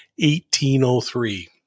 1803